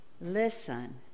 Listen